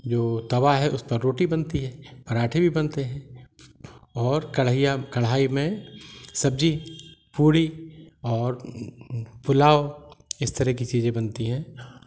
जो तवा है उस पर रोटी बनती है पराठे भी बनाते हैं और कढ़ाइयाँ कढ़ाई में सब्जी पूड़ी और पुलाव इस तरह की चीज़ें बनती है